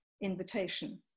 invitation